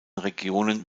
regionen